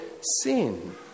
sin